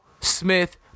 smith